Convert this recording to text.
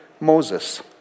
Moses